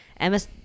MS